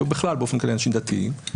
ובכלל באופן כללי אנשים דתיים,